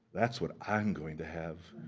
that's what i'm going to have.